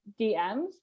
DMs